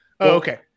Okay